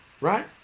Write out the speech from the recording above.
right